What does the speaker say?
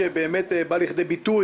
זה שאתם בהתארגנות ומה המצב הפוליטי